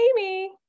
amy